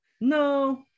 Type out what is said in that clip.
no